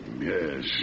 Yes